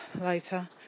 later